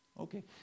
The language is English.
Okay